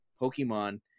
pokemon